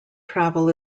travel